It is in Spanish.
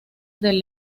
del